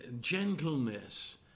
gentleness